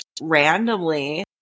randomly